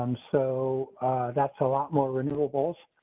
um so that's a lot more renewables.